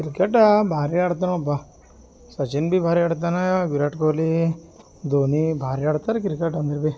ಕ್ರಿಕೆಟಾ ಭಾರಿ ಆಡ್ತನೆ ಒಬ್ಬ ಸಚಿನ್ ಬಿ ಭಾರಿ ಆಡ್ತಾನ ವಿರಾಟ್ ಕೊಹ್ಲಿ ಧೋನಿ ಭಾರಿ ಆಡ್ತಾರೆ ಕ್ರಿಕೆಟ್ ಅಂದರು ಬಿ